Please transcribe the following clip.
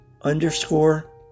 underscore